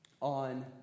on